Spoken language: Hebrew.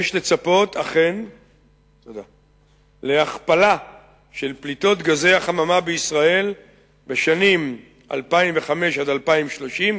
יש לצפות אכן להכפלה של פליטות גזי החממה בישראל בשנים 2005 2030,